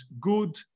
good